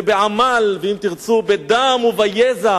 ובעמל, ואם תרצו, בדם וביזע